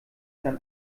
sein